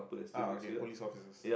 ah okay police officers